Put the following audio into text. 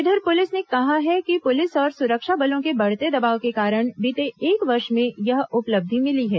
इधर पुलिस ने कहा है कि पुलिस और सुरक्षा बलों के बढ़ते दबाव के कारण बीते एक वर्ष में यह उपलब्धि मिली है